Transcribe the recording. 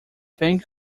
thank